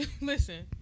Listen